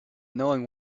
knowing